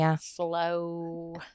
slow